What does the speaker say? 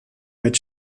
mit